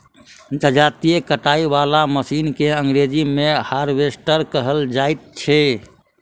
जजाती काटय बला मशीन के अंग्रेजी मे हार्वेस्टर कहल जाइत छै